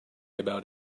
about